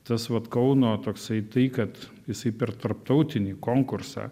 tas vat kauno toksai tai kad jisai per tarptautinį konkursą